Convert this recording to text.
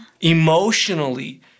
emotionally